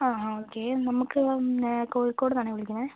ആ ആ ഓക്കെ നമുക്ക് പിന്നെ കോഴിക്കോട് നിന്നാണേ വിളിക്കുന്നത്